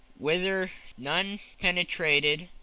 whither none penetrated.